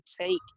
take